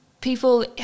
people